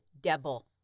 Devil